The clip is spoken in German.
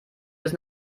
bis